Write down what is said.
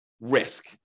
risk